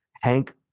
hank